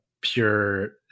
pure